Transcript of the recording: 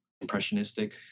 impressionistic